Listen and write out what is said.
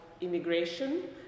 immigration